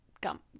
gum